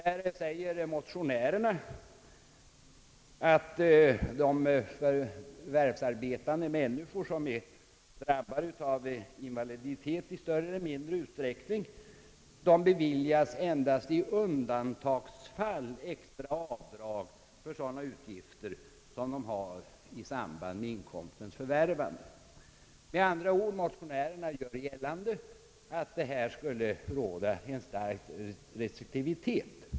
I den motionen säger man att de förvärvsarbetande människor, som är drabbade av invaliditet i större eller mindre utsträckning, endast i undantagsfall får extra avdrag för sådana utgifter, som de har i samband med inkomstens förvärvande. Motionärerna gör med andra ord gällande, att här skulle råda en stark restriktivitet.